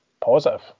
positive